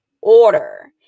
order